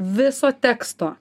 viso teksto